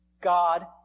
God